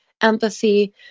empathy